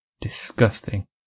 disgusting